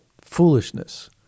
foolishness